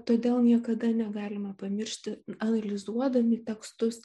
todėl niekada negalima pamiršti analizuodami tekstus